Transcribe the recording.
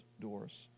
doors